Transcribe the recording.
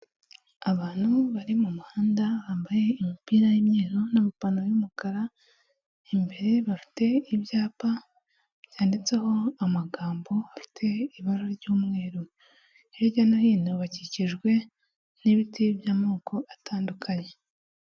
Abantu bari mu muhanda bambaye imipira y'umweru n'amapanta y'umukara, imbere bafite ibyapa byanditseho amagambo afite ibara ry'umweru, hirya no hino bakikijwe n'ibiti by'amoko atandukanye.